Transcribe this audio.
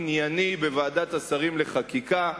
ענייני בוועדת השרים לחקיקה,